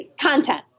content